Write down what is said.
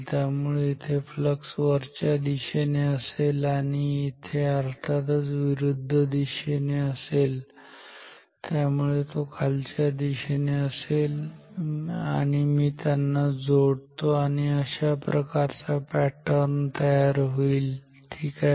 त्यामुळे इथे फ्लक्स वरच्या दिशेने असेल आणि इथे अर्थातच विरुद्ध दिशेने असेल त्यामुळे तो खालच्या दिशेने असेल आणि मी त्यांना जोडतो आणि अशा प्रकारचा पॅटर्न तयार होईल ठीक आहे